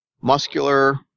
muscular